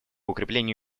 укреплению